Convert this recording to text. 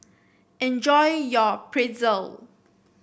enjoy your Pretzel